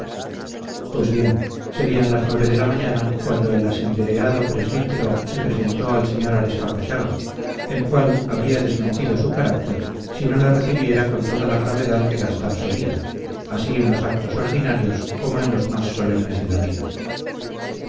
pues bien serían las nueve de la mañana cuando el asendereado presbítero se presentó al sr arespacochaga el cual habría desmentido su carácter si no le recibiera con toda la gravedad que gastar solía así en los actos ordinarios como en los más solemnes de la vida